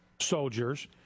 soldiers